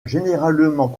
généralement